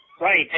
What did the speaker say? Right